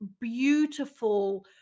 beautiful